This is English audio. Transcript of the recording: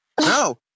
No